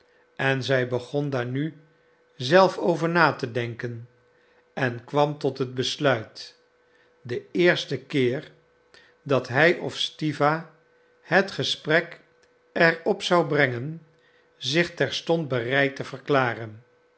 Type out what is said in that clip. en zij begon daar nu zelf over na te denken en kwam tot het besluit den eersten keer dat hij of stiwa het gesprek er op zou brengen zich terstond bereid te verklaren